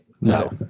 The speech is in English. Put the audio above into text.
No